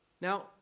Now